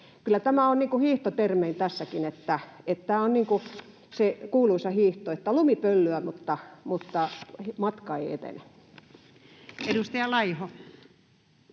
Kyllä tämä on, hiihtotermein tässäkin, niin kuin se kuuluisa hiihto, että lumi pöllyää mutta matka ei etene. [Speech